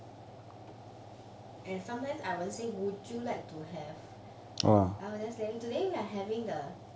and sometimes I won't say would you like to have I will just say today we are having the